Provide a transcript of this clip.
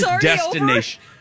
destination